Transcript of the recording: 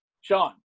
Sean